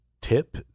tip